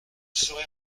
serai